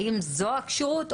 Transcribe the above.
האם זו הכשירות,